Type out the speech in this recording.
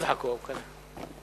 אצ'חכו כד'א?